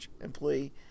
employee